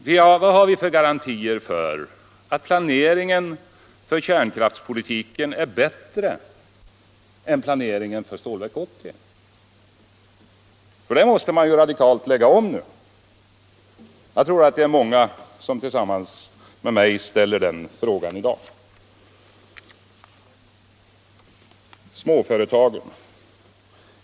Vad har vi för garantier för att planeringen för kärnkraftspolitiken är bättre än planeringen för Stålverk 80 som ju nu måste radikalt läggas om? Jag tror att det är många som tillsammans med mig ställer den frågan i dag.